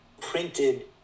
printed